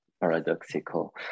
paradoxical